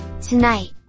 Tonight